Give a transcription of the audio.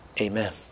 Amen